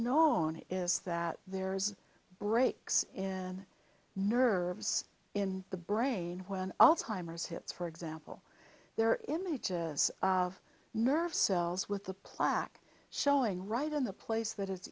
known is that there is breaks in nerves in the brain when all timers hips for example there are images of nerve cells with the plaque showing right in the place that